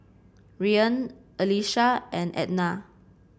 Rian Alesha and Ednah